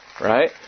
right